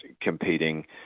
competing